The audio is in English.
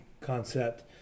concept